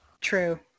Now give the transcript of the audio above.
True